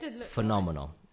phenomenal